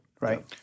right